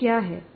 यह क्या हैं